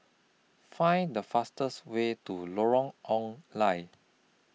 Find The fastest Way to Lorong Ong Lye